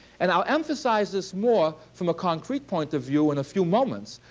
and i'll emphasize this more from a concrete point of view in a few moments.